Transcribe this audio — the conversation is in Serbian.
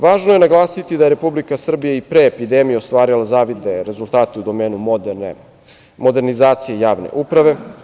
Važno je naglasiti da je Republike Srbije i pre epidemije ostvarila zavidne rezultate modernizacije javne uprave.